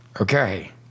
Okay